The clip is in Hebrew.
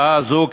ההעלאה הזאת,